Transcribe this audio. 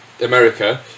America